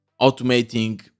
automating